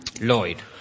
Lloyd